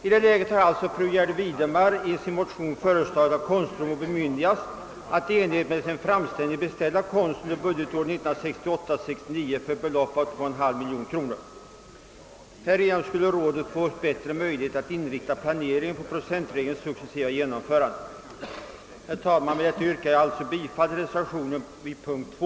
I det läget har fru Gärde Widemar i sin motion föreslagit att konstrådet bemyndigas att i enlighet med sin framställning beställa konst för budgetåret 1968/69 till ett belopp av 2,5 miljoner kronor. Härigenom skulle rådet få bättre möjligheter att inrikta planeringen på enprocentsregelns successiva genomförande. Herr talman! Med det anförda yrkar jag alltså bifall till reservationen vid punkt 2.